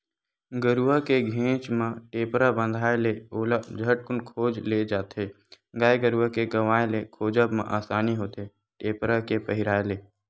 गरुवा के घेंच म टेपरा बंधाय ले ओला झटकून खोज ले जाथे गाय गरुवा के गवाय ले खोजब म असानी होथे टेपरा के पहिराय ले